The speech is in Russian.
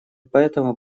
поэтому